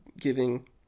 giving